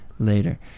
later